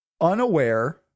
unaware